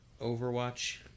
Overwatch